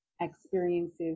experiences